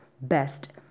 best